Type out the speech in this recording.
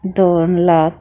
दोन लाख